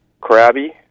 crabby